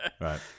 Right